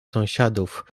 sąsiadów